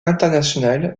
international